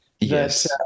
Yes